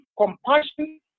compassion